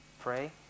pray